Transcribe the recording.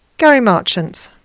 gary marchant.